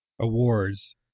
awards